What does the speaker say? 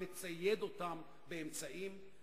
לצייד אותם באמצעים,